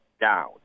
down